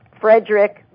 Frederick